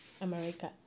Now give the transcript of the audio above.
America